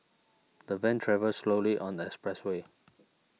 the van travelled slowly on the expressway